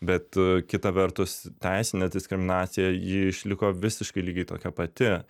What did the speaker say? bet kita vertus teisinė diskriminacija ji išliko visiškai lygiai tokia pati